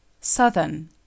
southern